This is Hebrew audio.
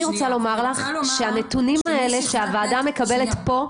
אני רוצה לומר לך שהנתונים האלה שהוועדה מקבלת פה,